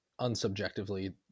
unsubjectively